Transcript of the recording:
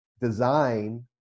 design